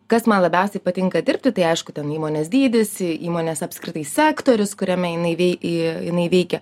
kas man labiausiai patinka dirbti tai aišku ten įmonės dydis įmonės apskritai sektorius kuriame jinai į jinai veikia